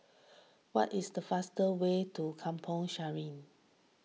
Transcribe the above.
what is the fastest way to Kampong Sireh